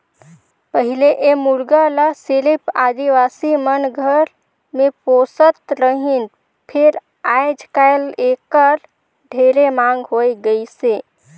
पहिले ए मुरगा ल सिरिफ आदिवासी मन घर मे पोसत रहिन फेर आयज कायल एखर ढेरे मांग होय गइसे